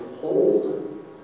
hold